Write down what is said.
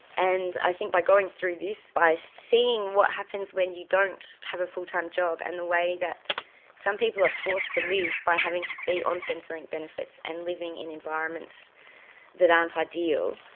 and i think by going through this, by seeing what happens when you don't have a full time job and the way that some people are forced to live by having to be on centrelink benefits and living in environments that aren't ideal,